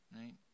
right